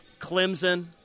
Clemson